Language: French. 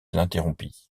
l’interrompit